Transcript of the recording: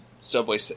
Subway